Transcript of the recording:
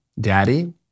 Daddy